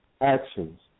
actions